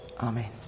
Amen